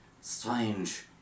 strange